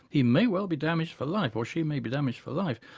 he may well be damaged for life, or she may be damaged for life.